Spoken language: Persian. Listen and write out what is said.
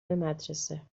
مدرسه